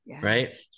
right